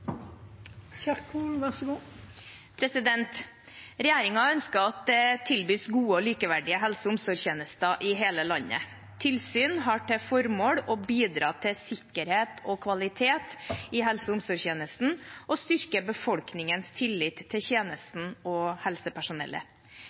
ønsker at det tilbys gode og likeverdige helse- og omsorgstjenester i hele landet. Tilsyn har til formål å bidra til sikkerhet og kvalitet i helse- og omsorgstjenesten og å styrke befolkningens tillit til